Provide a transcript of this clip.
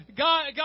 God